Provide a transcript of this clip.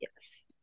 yes